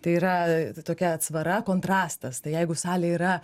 tai yra tokia atsvara kontrastas tai jeigu salė yra